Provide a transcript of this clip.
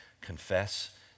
confess